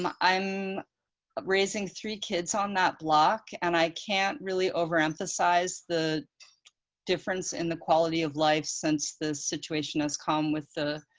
um i'm raising three kids on that block and i can't really overemphasize the difference in the quality of life since the situation has come with the